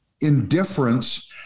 indifference